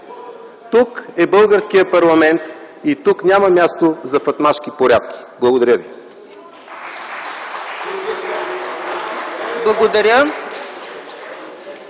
тук е българският парламент и тук няма място за фатмашки порядки. Благодаря.